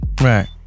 Right